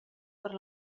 per